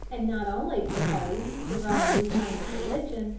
and not only proposed to run a new kind of religion,